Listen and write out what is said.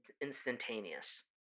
instantaneous